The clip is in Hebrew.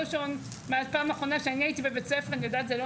דבר ראשון מאז הפעם האחרונה שאני הייתי בבית ספר אני יודעת זה לא